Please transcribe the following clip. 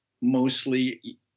mostly